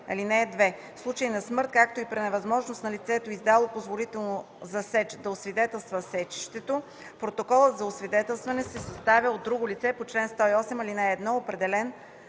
„(2) В случай на смърт, както и при невъзможност на лицето, издало позволителното за сеч, да освидетелства сечището, протоколът за освидетелстване се съставя от друго лице по чл. 108, ал. 1, определено